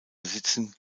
besitzen